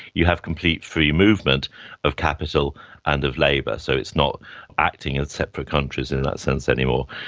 you have complete free movement of capital and of labour, so it's not acting as separate countries in that sense anymore.